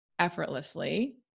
effortlessly